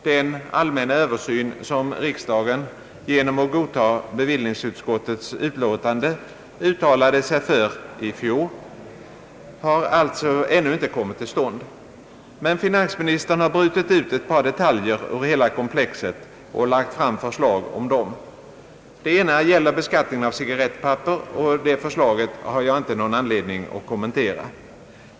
Den allmänna Översyn som riksdagen — genom att godta bevillningsutskottets betänkan de — uttalade sig för i fjol har alltså ännu inte kommit till stånd. Men finansministern har brutit ut ett par detaljer ur hela komplexet och lagt fram förslag om dem. Det ena gäller beskattningen av cigarrettpapper — och det förslaget har jag ingen anledning att kommentera.